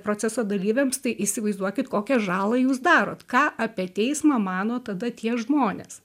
proceso dalyviams tai įsivaizduokit kokią žalą jūs darot ką apie teismą mano tada tie žmonės